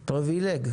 פריבילג.